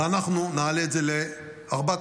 ואנחנו נעלה את זה ל-4,800,